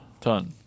ton